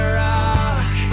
rock